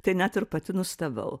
tai net ir pati nustebau